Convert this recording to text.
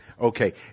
Okay